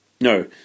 No